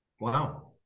Wow